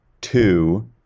Two